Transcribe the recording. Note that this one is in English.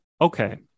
Okay